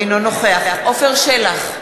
אינו נוכח עפר שלח,